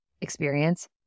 experience